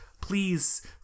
please